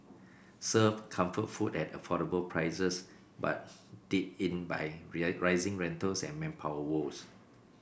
served comfort food at affordable prices but did in by rising rentals and manpower woes